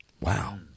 Wow